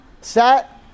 Set